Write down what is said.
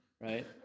Right